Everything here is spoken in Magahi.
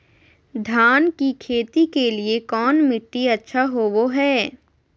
धान की खेती के लिए कौन मिट्टी अच्छा होबो है?